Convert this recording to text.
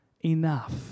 enough